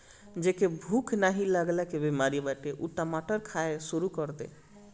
जेके भूख नाही लागला के बेमारी बाटे उ टमाटर खाए शुरू कर दे